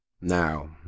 Now